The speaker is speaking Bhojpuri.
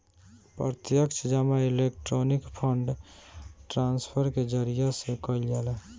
प्रत्यक्ष जमा इलेक्ट्रोनिक फंड ट्रांसफर के जरिया से कईल जाला